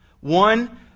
One